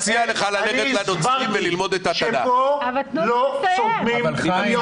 הסברתי שפה לא סותמים פיות.